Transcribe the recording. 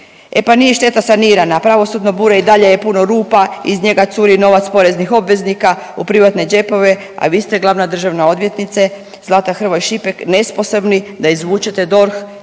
E pa nije šteta sanirana, pravosudno bure i dalje je puno rupa, iz njega curi novac poreznih obveznika u privatne džepove, a vi ste, glavna državna odvjetnice, Zlata Hrvoj Šipek nesposobni da izvučete DORH